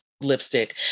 lipstick